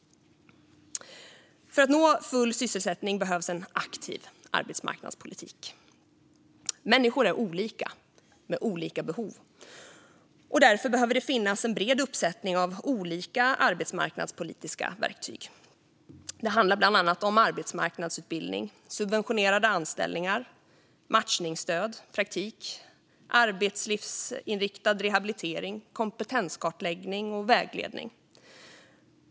För att nå full sysselsättning behövs en aktiv arbetsmarknadspolitik. Människor är olika och har olika behov, och därför behöver det finnas en bred uppsättning av olika arbetsmarknadspolitiska verktyg. Det handlar bland annat om arbetsmarknadsutbildning, subventionerade anställningar, matchningsstöd, praktik, arbetslivsinriktad rehabilitering, kompetenskartläggning och vägledning.